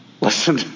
Listen